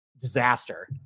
disaster